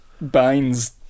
binds